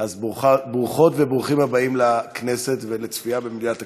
אז ברוכות וברוכים הבאים לכנסת ולצפייה במליאת הכנסת.